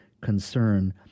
concern